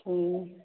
हुँ